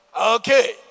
Okay